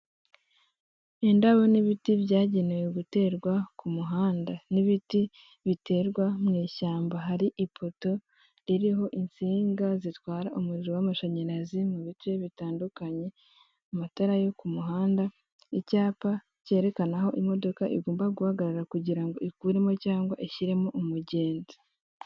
Indabo n'ibiti byagenewe guterwa ku muhanda, n'ibiti biterwa mu ishyamba, hari ipoto ririho insinga zitwara umuriro w'amashanyarazi mu bice bitandukanye, amatara yo ku muhanda, icyapa cyerekana aho imodoka igomba guhagarara kugira ngo ikuremo cyangwa ishyiremo umugenzi.